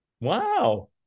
Wow